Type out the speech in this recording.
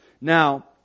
Now